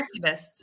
activists